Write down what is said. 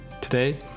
Today